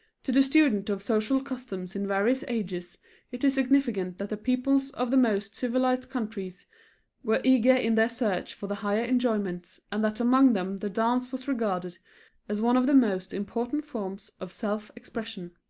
to the student of social customs in various ages it is significant that the peoples of the most civilized countries were eager in their search for the higher enjoyments, and that among them the dance was regarded as one of the most important forms of self expression.